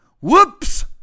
Whoops